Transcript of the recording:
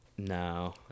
No